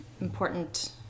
important